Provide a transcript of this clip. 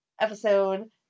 episode